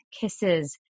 kisses